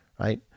Right